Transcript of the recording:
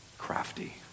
crafty